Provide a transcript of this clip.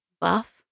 Buff